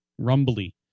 Rumbly